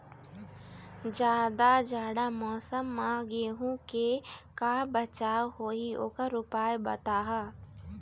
जादा जाड़ा मौसम म गेहूं के का बचाव होही ओकर उपाय बताहा?